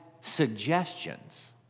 suggestions